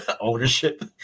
ownership